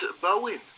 Bowen